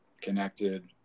connected